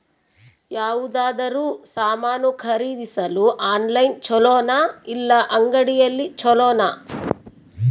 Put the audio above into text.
ಯಾವುದಾದರೂ ಸಾಮಾನು ಖರೇದಿಸಲು ಆನ್ಲೈನ್ ಛೊಲೊನಾ ಇಲ್ಲ ಅಂಗಡಿಯಲ್ಲಿ ಛೊಲೊನಾ?